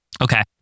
Okay